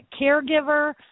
caregiver